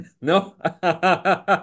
No